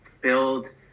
build